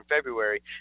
February